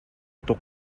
tuk